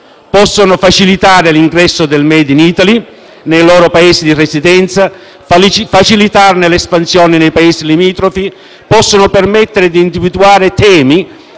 infatti facilitare l'ingresso del *made in Italy* nei loro Paesi di residenza e l'espansione nei Paesi limitrofi o possono permettere di individuare temi